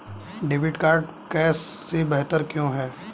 Debit card cash से बेहतर क्यों है?